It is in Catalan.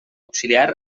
auxiliar